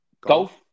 golf